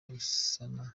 gusana